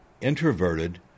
introverted